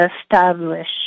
establish